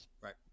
Right